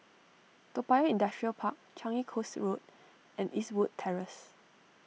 Toa Payoh Industrial Park Changi Coast Road and Eastwood Terrace